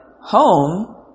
home